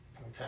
Okay